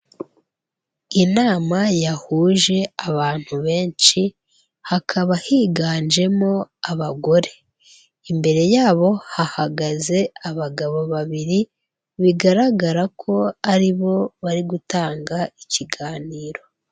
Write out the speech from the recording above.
Inama yahuje abantu benshi, hakaba higanjemo abagore. Imbere yabo hahagaze abagabo babiri, bigaragara ko ari bo bari gutanga ikiganiro.